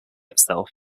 itself